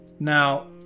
Now